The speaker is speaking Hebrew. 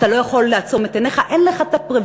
אתה לא יכול לעצום את עיניך, אין לך הפריבילגיה